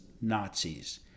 Nazis